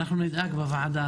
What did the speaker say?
אנחנו נדאג בוועדה,